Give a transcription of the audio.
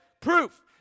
Proof